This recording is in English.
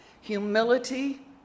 humility